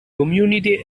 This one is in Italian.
community